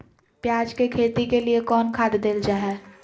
प्याज के खेती के लिए कौन खाद देल जा हाय?